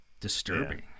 disturbing